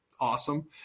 awesome